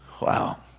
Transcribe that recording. Wow